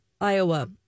Iowa